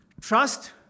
trust